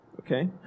Okay